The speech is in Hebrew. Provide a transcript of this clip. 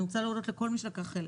אני רוצה להודות לכל מי שלקח חלק,